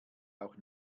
auch